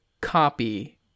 copy